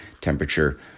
temperature